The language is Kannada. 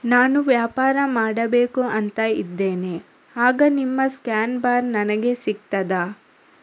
ನಾನು ವ್ಯಾಪಾರ ಮಾಡಬೇಕು ಅಂತ ಇದ್ದೇನೆ, ಆಗ ನಿಮ್ಮ ಸ್ಕ್ಯಾನ್ ಬಾರ್ ನನಗೆ ಸಿಗ್ತದಾ?